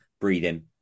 breathing